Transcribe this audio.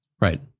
Right